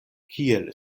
kiel